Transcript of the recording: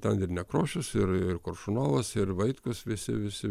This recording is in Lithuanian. ten ir nekrošius ir ir koršunovas ir vaitkus visi visi